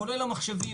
כולל המחשבים.